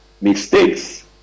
mistakes